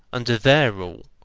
under their rule,